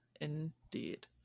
Indeed